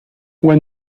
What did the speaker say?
when